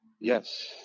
Yes